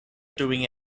doing